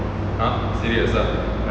ya